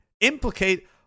implicate